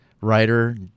Writer